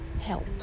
help